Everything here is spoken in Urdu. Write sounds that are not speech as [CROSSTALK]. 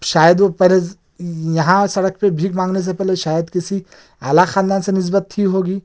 شاید وہ [UNINTELLIGIBLE] یہاں سڑک پہ بھیک مانگنے سے پہلے شاید کسی اعلیٰ خاندان سے نسبت تھی ہوگی